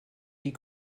die